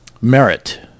merit